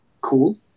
cool